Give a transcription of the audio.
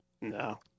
No